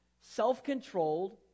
self-controlled